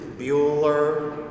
Bueller